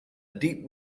deep